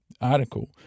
article